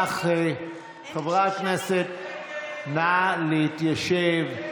אם כך, חברי הכנסת, נא להתיישב.